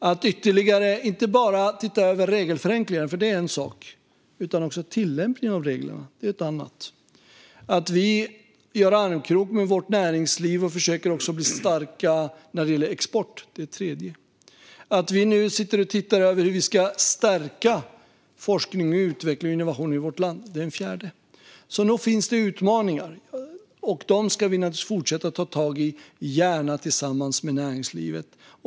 Att se över regelförenklingar en sak. Att se över tillämpningen av reglerna är ytterligare en sak. Att vi krokar arm med vårt näringsliv och försöker bli starka även när det gäller export är en tredje sak. Att vi nu tittar över hur vi ska stärka forskning, utveckling och innovation i vårt land är en fjärde. Så nog finns det utmaningar. Dem ska vi naturligtvis fortsätta att ta tag i, gärna tillsammans med näringslivet.